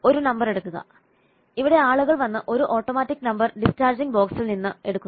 ഒരു നമ്പർ എടുക്കുക ഇവിടെ ആളുകൾ വന്ന് ഒരു ഓട്ടോമാറ്റിക് നമ്പർ ഡിസ്ചാർജിംഗ് ബോക്സിൽ നിന്ന് ഒരു നമ്പർ എടുക്കുന്നു